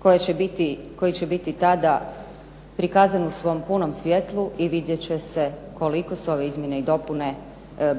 koji će biti tada prikazan u svom punom svijetlu i vidjet će se koliko su ove izmjene i dopune